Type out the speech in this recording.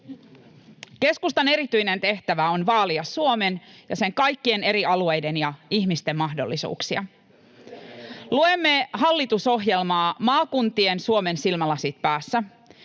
Keskustan erityinen tehtävä on vaalia Suomen ja sen kaikkien eri alueiden ja ihmisten mahdollisuuksia. [Ari Koposen välihuuto] Luemme hallitusohjelmaa maakuntien Suomen silmälasit päässä,